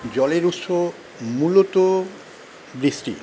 জলের উৎস মূলত বৃষ্টি